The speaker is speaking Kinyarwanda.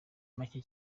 make